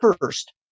first